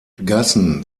gassen